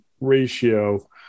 ratio